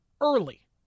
early